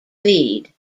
lead